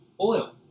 oil